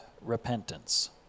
repentance